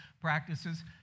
practices